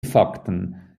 fakten